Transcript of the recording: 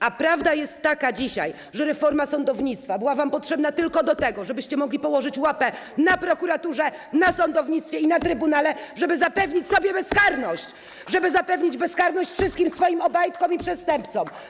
A prawda dzisiaj jest taka, że reforma sądownictwa była wam potrzebna tylko do tego, żebyście mogli położyć łapę na prokuraturze, na sądownictwie i na trybunale, żeby zapewnić sobie bezkarność, żeby zapewnić bezkarność wszystkim swoim Obajtkom i przestępcom.